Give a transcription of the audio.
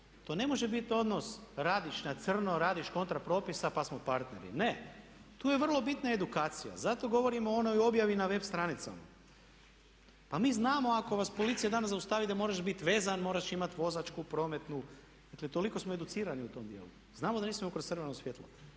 to ne može biti odnos radiš na crno, radiš kontra propisa pa smo partneri, ne. Tu je vrlo bitna edukacija. Zato govorim o onoj objavi na web stranicama. Pa mi znamo ako vas policija danas zaustavi da moraš biti vezan, moraš imati vozačku, prometnu. Dakle, toliko smo educirani u tom djelu. Znamo da ne smijemo kroz crveno svijetlo.